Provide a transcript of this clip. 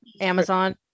Amazon